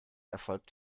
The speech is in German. erfolgt